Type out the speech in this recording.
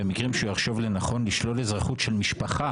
במקרים שהוא יחשוב לנכון לשלול אזרחות של משפחה